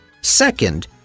Second